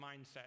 mindset